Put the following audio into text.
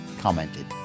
commented